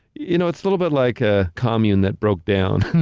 you know, it's a little bit like a commune that broke down.